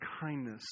kindness